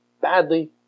badly